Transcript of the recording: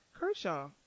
Kershaw